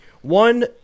one